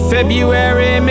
February